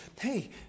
hey